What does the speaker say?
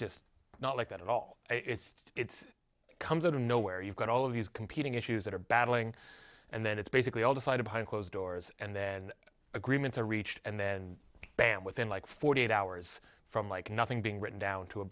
just not like that at all it's it comes out of nowhere you've got all of these competing issues that are battling and then it's basically all decided by closed doors and then agreement to reach and then bam within like forty eight hours from like nothing being written down to a